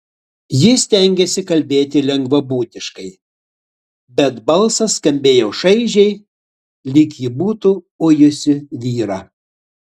ji stengėsi kalbėti lengvabūdiškai bet balsas skambėjo šaižiai lyg ji būtų ujusi vyrą